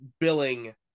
billing